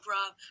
Rob